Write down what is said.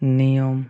ᱱᱤᱭᱚᱢ